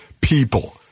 people